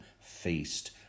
feast